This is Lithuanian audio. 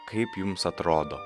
kaip jums atrodo